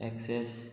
access